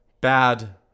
bad